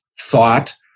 thought